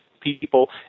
people